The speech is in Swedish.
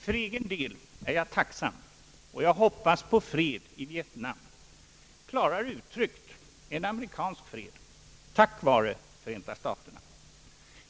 För egen del är jag tacksam, och jag hoppas på fred i Vietnam — klarare uttryckt en amerikansk fred tack vare Förenta staterna.